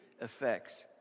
effects